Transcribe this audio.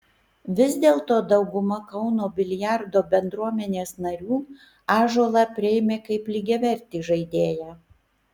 vis dėlto dauguma kauno biliardo bendruomenės narių ąžuolą priėmė kaip lygiavertį žaidėją